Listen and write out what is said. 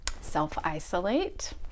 self-isolate